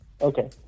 Okay